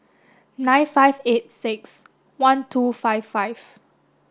nine five eight six one two five five